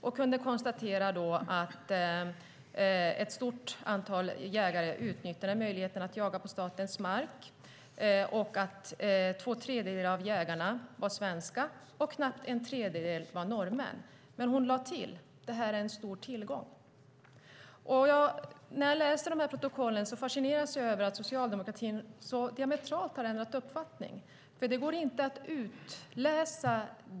Det kunde då konstateras att ett stort antal jägare utnyttjade möjligheten att jaga på statens mark och att två tredjedelar av jägarna var svenska och knappt en tredjedel var norrmän. Men hon lade till: Det är en stor tillgång. När jag läser protokollen fascineras jag över att socialdemokratin så diametralt har ändrat uppfattning.